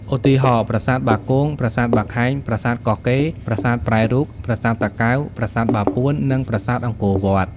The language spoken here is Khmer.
ឧទាហរណ៍៖ ប្រាសាទបាគង ប្រាសាទបាខែង ប្រាសាទកោះកេរ ប្រាសាទប្រែរូប ប្រាសាទតាកែវ ប្រាសាទបាពួន និងប្រាសាទអង្គរវត្ត។